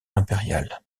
impérial